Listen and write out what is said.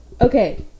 okay